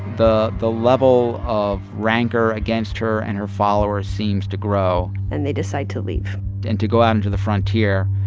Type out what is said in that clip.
the the level of rancor against her and her followers seems to grow and they decide to leave and to go out to and the frontier,